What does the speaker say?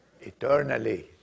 Eternally